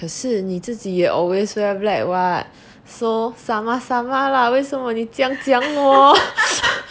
可是你自己也 always wear black [what] so sama sama lah 为什么你这样讲我